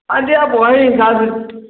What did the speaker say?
अरे आप वही हिसाब से